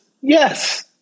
yes